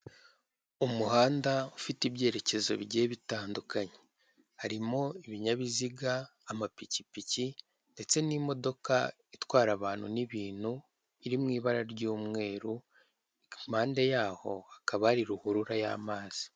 Umuhanda ufite ibyerekezo bigiye bitandukanye, harimo ibinyabiziga amapikipiki ndetse n'imodoka itwara abantu n'ibintu iri mu ibara ry'umweru, impande yaho hakaba hari ruhurura y'amazi.